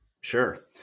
Sure